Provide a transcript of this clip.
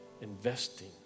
investing